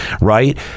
Right